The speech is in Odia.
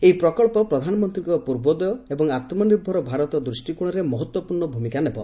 ଏହି ପ୍ରକଳ୍ପ ପ୍ରଧାନମନ୍ତ୍ରୀଙ୍କ ପୂର୍ବୋଦୟ ଏବଂ ଆତ୍ମ ନିର୍ଭର ଭାରତ ଦୃଷ୍ଟି କୋଣରେ ମହତ୍ୱପୂର୍ଣ୍ଣ ଭୂମିକା ନେବ